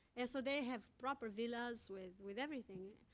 and so they have proper villas with with everything.